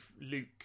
Luke